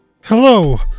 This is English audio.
Hello